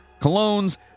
colognes